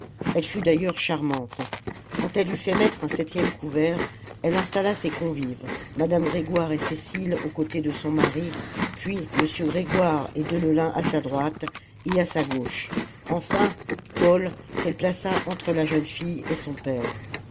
elle fut d'ailleurs charmante quand elle eut fait mettre un septième couvert elle installa ses convives madame grégoire et cécile aux côtés de son mari puis m grégoire et deneulin à sa droite et à sa gauche enfin paul qu'elle plaça entre la jeune fille et son père